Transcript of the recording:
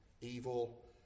evil